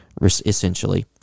essentially